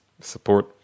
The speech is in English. support